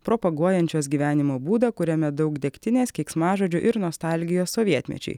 propaguojančios gyvenimo būdą kuriame daug degtinės keiksmažodžių ir nostalgijos sovietmečiui